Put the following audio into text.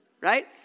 Right